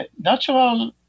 natural